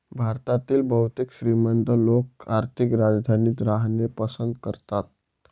भारतातील बहुतेक श्रीमंत लोक आर्थिक राजधानीत राहणे पसंत करतात